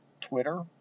Twitter